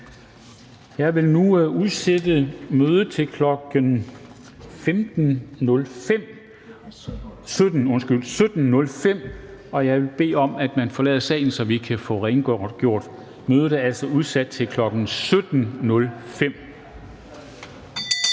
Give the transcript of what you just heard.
Jeg vil nu udsætte mødet til kl. 17.05, og jeg vil bede om, at man forlader salen, så vi kan få gjort rent. Mødet er altså udsat til kl. 17.05.